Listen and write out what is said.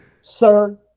sir